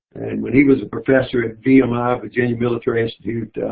and when he was a professor at vmi. um ah virginia military institute.